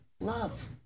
love